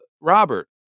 Robert